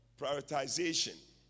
Prioritization